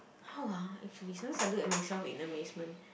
how ah actually sometimes I look at myself in amazement